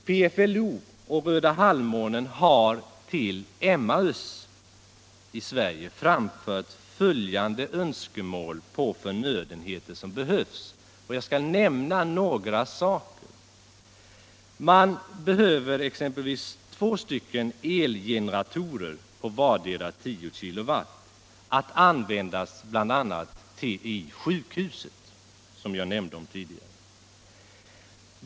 PFLO och Röda halvmånen har till Emmaus i Sverige framfört önskemål om förnödenheter, och jag skall nämna några av dessa. Man behöver exempelvis två elgeneratorer på vardera 10 kW awut an — Nr 23 vändas bl.a. i det sjukhus som jag nämnde tidigare.